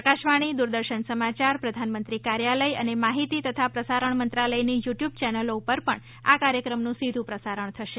આકાશવાણી દૂરદર્શન સમાચાર પ્રધાનમંત્રી કાર્યાલય અને માહિતી તથા પ્રસારણ મંત્રાલયની યૂ ટ્યૂબ ચેનલો ઉપર પણ આ કાર્યક્રમનું સીધું પ્રસારણ થશે